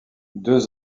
deux